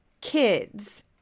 kids